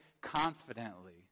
confidently